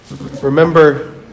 Remember